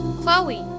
Chloe